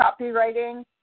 copywriting